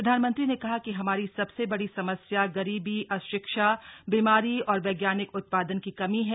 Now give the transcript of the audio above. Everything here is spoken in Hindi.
प्रधानमंत्री ने कहा कि हमारी सबसे बड़ी समस्या गरीबी अशिक्षा बीमारी और वैज्ञानिक उत्पादन की कमी है